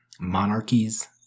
monarchies